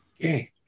Okay